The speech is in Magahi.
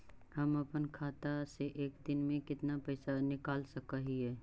हम अपन खाता से एक दिन में कितना पैसा निकाल सक हिय?